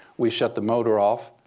we shut the motor off.